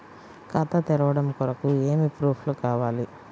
ఖాతా తెరవడం కొరకు ఏమి ప్రూఫ్లు కావాలి?